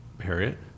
Harriet